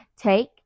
Take